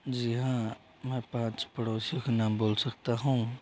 जी हाँ मैं पाँच पड़ोसियों के नाम बोल सकता हूँ